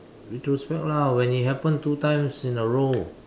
retrospect lah when it happened two times in a row